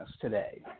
today